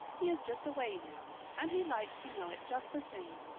he is just away now and he likes to know it just the same.